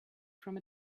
from